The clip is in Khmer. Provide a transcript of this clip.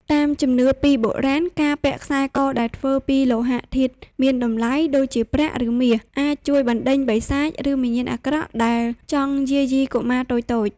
តាមជំនឿពីបុរាណ ការពាក់ខ្សែកដែលធ្វើពីលោហៈធាតុមានតម្លៃ ដូចជាប្រាក់ ឬមាស អាចជួយបណ្តេញបិសាច ឬវិញ្ញាណអាក្រក់ដែលចង់យាយីកុមារតូចៗ។